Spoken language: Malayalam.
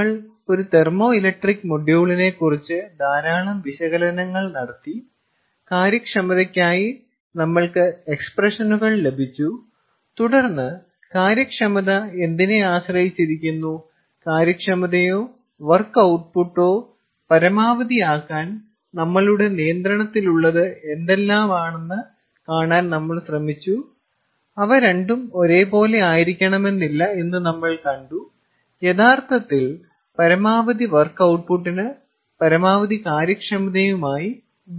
നമ്മൾ ഒരു തെർമോഇലക്ട്രിക് മൊഡ്യൂളിനെക്കുറിച്ച് ധാരാളം വിശകലനങ്ങൾ നടത്തി കാര്യക്ഷമതയ്ക്കായി നമ്മൾക്ക് എക്സ്പ്രഷനുകൾ ലഭിച്ചു തുടർന്ന് കാര്യക്ഷമത എന്തിനെ ആശ്രയിച്ചിരിക്കുന്നു കാര്യക്ഷമതയോ വർക്ക് ഔട്ട്പുട്ടോ പരമാവധിയാക്കാൻ നമ്മളുടെ നിയന്ത്രണത്തിലുള്ളത് എന്തെല്ലാമാണെന്നു കാണാൻ നമ്മൾ ശ്രമിച്ചു അവ രണ്ടും ഒരേപോലെ ആയിരിക്കണമെന്നില്ല എന്ന് നമ്മൾ കണ്ടു യഥാർത്ഥത്തിൽ പരമാവധി വർക്ക് ഔട്ട്പുട്ടിന് പരമാവധി കാര്യക്ഷമതയുമായി ബന്ധമില്ല